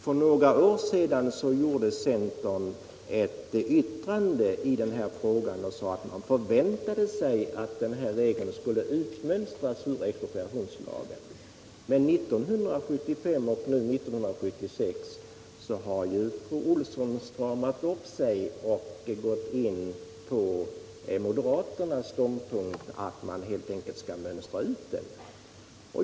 För några år sedan presterade centern ett särskilt yttrande i den här frågan och sade då att man förväntade sig att denna regel skulle utmönstras ur expropriationslagen. Men 1975 och nu i år har fru Olsson stramat upp sig och gått på moderaternas ståndpunkt, att man helt enkelt skall mönstra ut den.